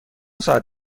ساعت